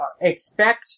expect